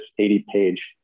80-page